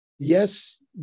Yes